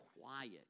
quiet